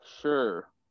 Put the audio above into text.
Sure